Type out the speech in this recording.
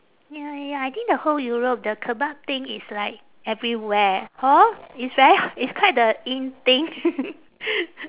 ya ya I think the whole europe the kebab thing is like everywhere hor it's very it's quite the in thing